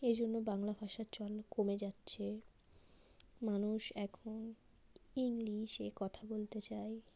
এজন্য বাংলা ভাষার চল কমে যাচ্ছে মানুষ এখন ইংলিশে কথা বলতে চায়